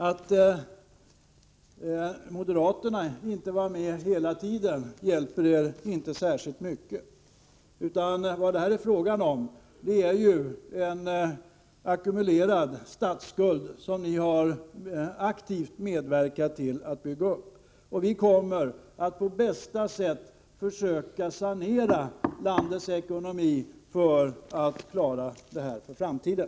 Att moderaterna inte var med hela tiden hjälper er inte särskilt mycket, utan vad det här är fråga om är en ackumulerad statsskuld som ni aktivt har medverkat till att bygga upp. Vi kommer att på bästa sätt försöka sanera landets ekonomi för att klara det här för framtiden.